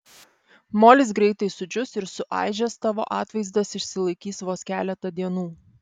molis greitai sudžius ir suaižęs tavo atvaizdas išsilaikys vos keletą dienų